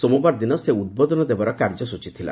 ସୋମବାର ଦିନ ସେ ଉଦ୍ବୋଧନ ଦେବାର କାର୍ଯ୍ୟସ୍ଟଚୀ ଥିଲା